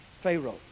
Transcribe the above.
Pharaoh